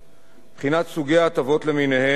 בחינת סוגי ההטבות למיניהן מעלה